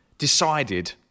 decided